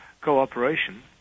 cooperation